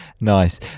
Nice